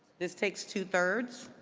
this takes two-thirds.